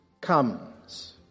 comes